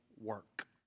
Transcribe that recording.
work